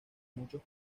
muchos